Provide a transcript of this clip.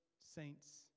saints